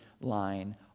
line